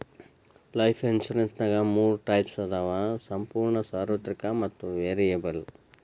life ಇನ್ಸುರೆನ್ಸ್ನ್ಯಾಗ ಮೂರ types ಅದಾವ ಸಂಪೂರ್ಣ ಸಾರ್ವತ್ರಿಕ ಮತ್ತ ವೇರಿಯಬಲ್